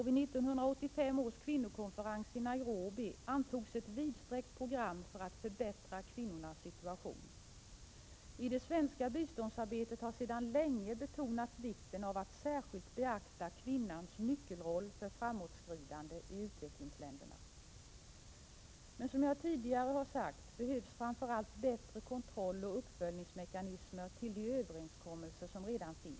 Vid 1985 års kvinnokonferens i Nairobi antogs ett vidsträckt program för att förbättra kvinnornas situation. I det svenska biståndsarbetet har sedan länge betonats vikten av att särskilt beakta kvinnans nyckelroll för framåtskridande i utvecklingsländerna. Som jag tidigare har sagt behövs framför allt bättre kontroll och uppföljningsmekanismer till de överenskommelser som redan finns.